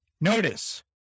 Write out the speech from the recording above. Notice